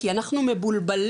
כי אנחנו מבולבלים,